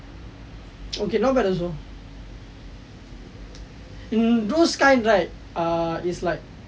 okay not bad also err those kind right err is like